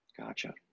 Gotcha